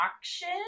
auction